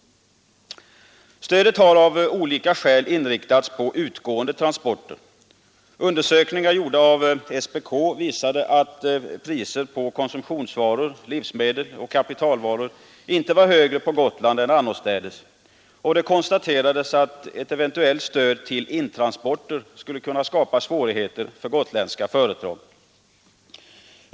Stödet har av olika skäl inriktats på utgående transporter. Undersökningar gjorda av SPK visade att priset på konsumtionsvaror, livsmedel och kapitalvaror inte var högre på Gotland än annorstädes, och det konstaterades att ett eventuellt stöd till intransporter skulle kunna skapa svårigheter för gotländska företag.